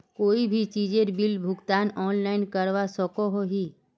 कोई भी चीजेर बिल भुगतान ऑनलाइन करवा सकोहो ही?